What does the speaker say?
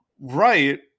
Right